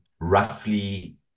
roughly